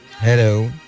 Hello